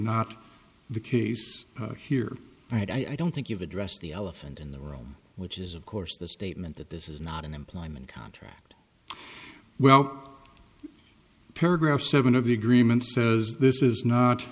not the case here right i don't think you've addressed the elephant in the room which is of course the statement that this is not an employment contract well paragraph seven of the agreement says this is not